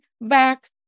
back